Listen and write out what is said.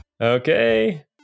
Okay